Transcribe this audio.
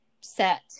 set